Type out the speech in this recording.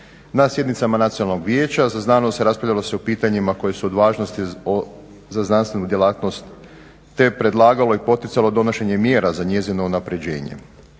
Na sjednicama Nacionalnog vijeća za znanost raspravljalo se o pitanjima koja su od važnosti za znanstvenu djelatnost, te je predlagalo i poticalo donošenje mjera za njezino unapređenje.